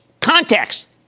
Context